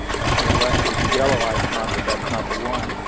and to the left, there's a yellow icon, but that's not the one.